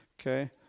okay